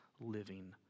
living